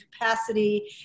capacity